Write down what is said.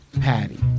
Patty